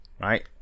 Right